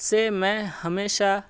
سے میں ہمیشہ